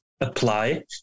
apply